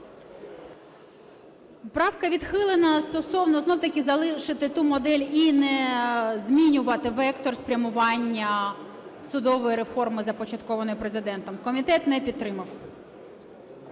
Правка відхилена стосовно... знову-таки залишити ту модель і не змінювати вектор спрямування судової реформи, започаткованої Президентом. Комітет не підтримав.